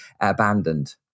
abandoned